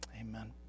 Amen